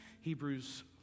Hebrews